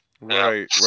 Right